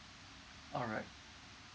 all right